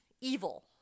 evil